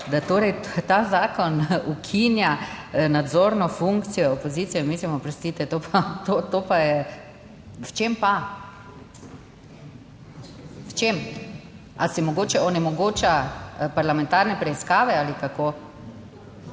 da torej ta zakon ukinja nadzorno funkcijo opozicije, mislim oprostite, to pa, to pa je … V čem pa? V čem? Ali se mogoče onemogoča parlamentarne preiskave ali kako?